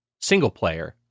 single-player